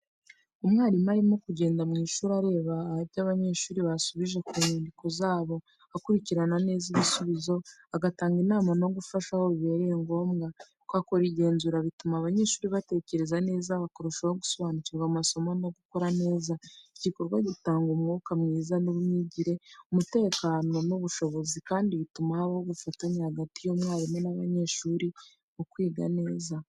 Umwarimu arimo kugenda mu ishuri areba ibyo abanyeshuri basubije ku nyandiko zabo. Akurikirana neza ibisubizo, agatanga inama no gufasha aho bibaye ngombwa. Uko akora igenzura, bituma abanyeshuri batekereza neza, bakarushaho gusobanukirwa amasomo no gukora neza. Iki gikorwa gitanga umwuka mwiza w’imyigire, umutekano n’ubushishozi, kandi bituma habaho ubufatanye hagati y’umwarimu n’abanyeshuri mu kwiga neza.